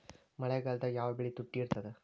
ಮಳೆಗಾಲದಾಗ ಯಾವ ಬೆಳಿ ತುಟ್ಟಿ ಇರ್ತದ?